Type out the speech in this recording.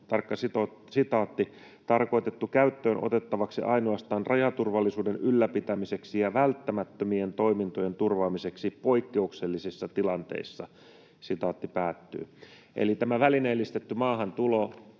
käyttää, ”on tarkoitettu käyttöön otettavaksi ainoastaan rajaturvallisuuden ylläpitämiseksi ja välttämättömien toimintojen turvaamiseksi poikkeuksellisissa tilanteissa”. Eli tämä välineellistetty maahantulo,